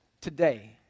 today